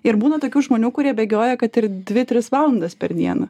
ir būna tokių žmonių kurie bėgioja kad ir dvi tris valandas per dieną